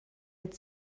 mit